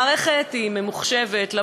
המערכת היא ממוחשבת,